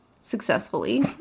successfully